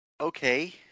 Okay